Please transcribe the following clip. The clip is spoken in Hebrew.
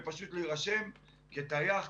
ולהירשם כטייח,